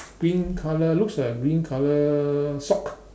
green colour looks like a green colour sock